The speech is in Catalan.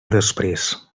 després